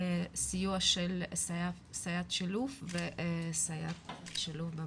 לסיוע של הסייעת שילוב וסייעת שילוב בבית.